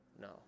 No